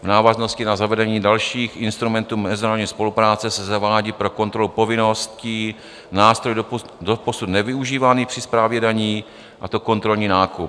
V návaznosti na zavedení dalších instrumentů mezinárodní spolupráce se zavádí pro kontrolu povinností nástroj doposud nevyužívaný při správě daní, a to kontrolní nákup.